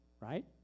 right